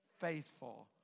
faithful